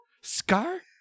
Scar